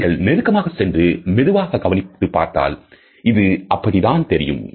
நீங்கள் நெருக்கமாக சென்று மெதுவாக கவனித்துப் பார்த்தால் இது அப்படி தான் தெரியும்